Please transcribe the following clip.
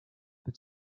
but